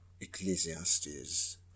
Ecclesiastes